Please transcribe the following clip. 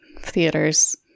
theaters